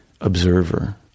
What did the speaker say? observer